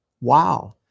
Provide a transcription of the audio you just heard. Wow